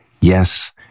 yes